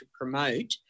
promote